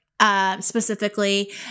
Specifically